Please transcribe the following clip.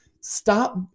stop